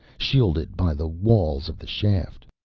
shielded by the walls of the shaft.